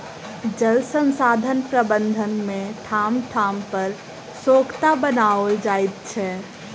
जल संसाधन प्रबंधन मे ठाम ठाम पर सोंखता बनाओल जाइत छै